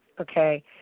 okay